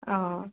অঁ